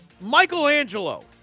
Michelangelo